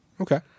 Okay